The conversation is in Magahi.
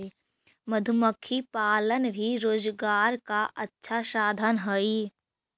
मधुमक्खी पालन भी रोजगार का अच्छा साधन हई